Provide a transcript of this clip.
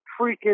freaking